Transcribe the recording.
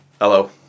Hello